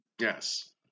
Yes